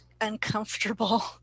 uncomfortable